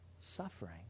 suffering